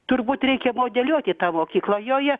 turbūt reikia modeliuoti tą mokyklą joje